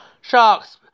Sharks